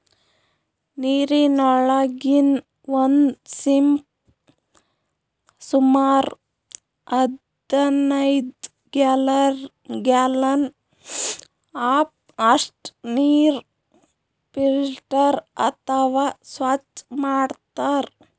ನೀರಿನೊಳಗಿನ್ ಒಂದ್ ಸಿಂಪಿ ಸುಮಾರ್ ಹದನೈದ್ ಗ್ಯಾಲನ್ ಅಷ್ಟ್ ನೀರ್ ಫಿಲ್ಟರ್ ಅಥವಾ ಸ್ವಚ್ಚ್ ಮಾಡ್ತದ್